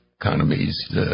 economies